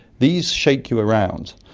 these shake you around.